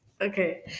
Okay